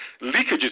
leakages